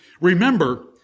Remember